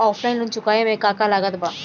Offline loan चुकावे म का का लागत बा?